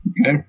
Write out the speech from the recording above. Okay